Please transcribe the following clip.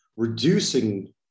reducing